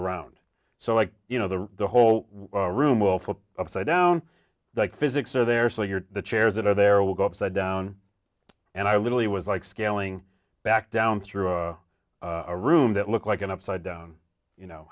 around so like you know the whole room will feel upside down like physics are there so you're the chairs that are there will go upside down and i literally was like scaling back down through a room that looked like an upside down you know